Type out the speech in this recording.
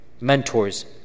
mentors